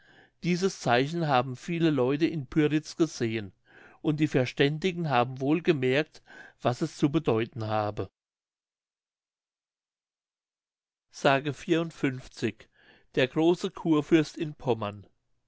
dieses zeichen haben viele leute in pyritz gesehen und die verständigen haben wohl gemerkt was es zu bedeuten habe micrälius alt pommerl ii s der große churfürst in pommern